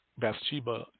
Bathsheba